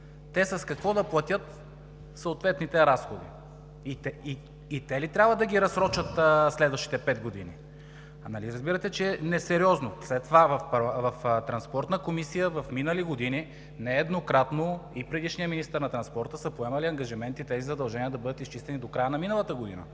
Те с какво да платят съответните разходи? И тях ли трябва да ги разсрочат следващите 5 години? Нали разбирате, че е несериозно? Освен това в Транспортна комисия в минали години нееднократно и предишният министър нееднократно са поемали тези задължения да бъдат изчистени до края на миналата година.